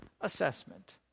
assessment